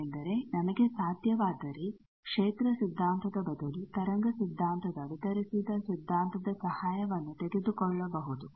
ಏಕೆಂದರೆ ನಮಗೆ ಸಾದ್ಯವಾದರೆ ಕ್ಷೇತ್ರ ಸಿದ್ದಾಂತದ ಬದಲು ತರಂಗ ಸಿದ್ದಾಂತದ ವಿತರಿಸಿದ ಸಿದ್ದಾಂತದ ಸಹಾಯವನ್ನು ತೆಗೆದುಕೊಳ್ಳಬಹುದು